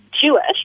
Jewish